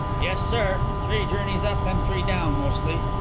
yes, sir. three journeys up and three down mostly.